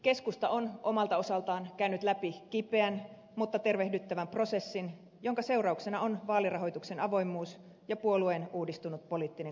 keskusta on omalta osaltaan käynyt läpi kipeän mutta tervehdyttävän prosessin jonka seurauksena on vaalirahoituksen avoimuus ja puolueen uudistunut poliittinen kulttuuri